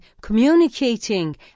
communicating